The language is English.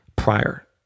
Prior